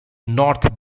north